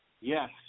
yes